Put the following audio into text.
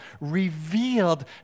revealed